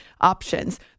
options